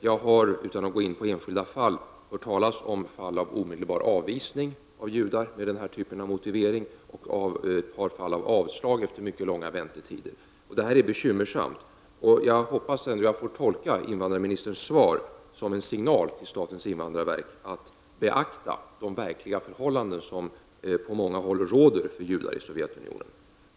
Jag har — utan att gå in på enskilda fall — hört talas om fall av omedelbar avvisning av judar med den här typen av motivering och om fall av avslag efter mycket långa väntetider. Det är bekymmersamt. Jag hoppas att jag får tolka invandrarministerns svar som en signal till statens invandarverk att beakta de verkliga förhållanden som råder på många håll för judar i Sovjetunionen.